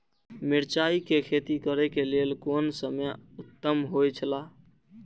मिरचाई के खेती करे के लेल कोन समय उत्तम हुए छला?